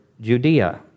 Judea